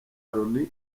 loni